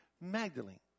Magdalene